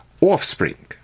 offspring